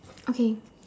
okay